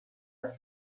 puis